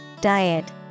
diet